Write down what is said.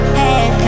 head